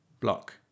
block